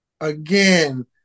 again